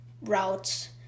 routes